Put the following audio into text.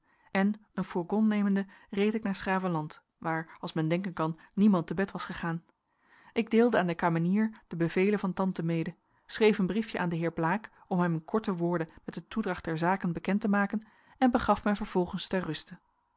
en een fourgon nemende reed ik naar s gravenland waar als men denken kan niemand te bed was gegaan ik deelde aan de kamenier de bevelen van tante mede schreef een briefje aan den heer blaek om hem in korte woorden met de toedracht der zaken bekend te maken en begaf mij vervolgens ter ruste